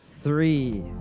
three